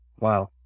wow